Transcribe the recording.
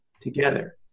together